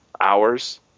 hours